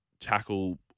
tackle